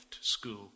school